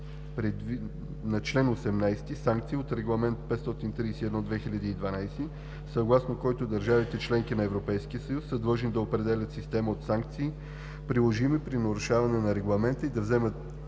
на чл. 18 „Санкции” от Регламент (ЕС) № 531/2012, съгласно който държавите – членки на Европейския съюз, са длъжни да определят система от санкции, приложими при нарушаването на регламента, и да вземат